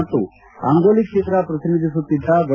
ಮತ್ತು ಆಂಗೋಲಿ ಕ್ಷೇತ್ರ ಪ್ರತಿನಿಧಿಸುತ್ತಿದ್ದ ವ್ಯೆ